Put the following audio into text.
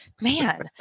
man